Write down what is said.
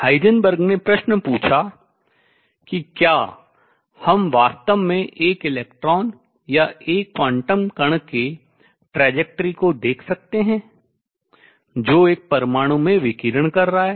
Heisenberg ने प्रश्न पूछा कि क्या हम वास्तव में एक इलेक्ट्रॉन या एक क्वांटम कण के trajectory प्रक्षेपवक्र को देखते हैं जो एक परमाणु में विकिरण कर रहा है